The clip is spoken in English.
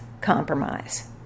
compromise